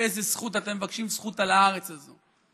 איזו זכות אתם מבקשים זכות על הארץ הזאת,